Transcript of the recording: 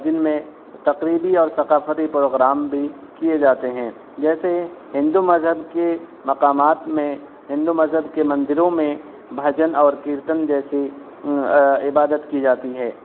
جن میں تقریبی اور ثقافتی پروگرام بھی کیے جاتے ہیں جیسے ہندو مذہب کے مقامات میں ہندو مذہب کے مندروں میں بھجن اور کیرتن جیسی عبادت کی جاتی ہے